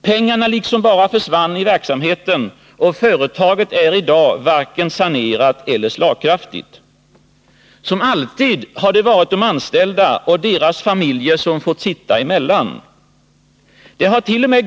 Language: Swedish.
Pengarna liksom bara försvann i verksamheten, och företaget är i dag varken sanerat eller slagkraftigt. Som alltid har det varit de anställda och deras familjer som har fått sitta emellan. Det hart.o.m.